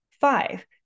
Five